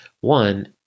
One